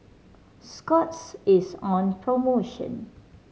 scott's is on promotion